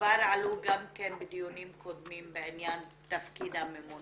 שכבר עלו גם בדיונים קודמים בעניין תפקיד הממונות.